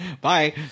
bye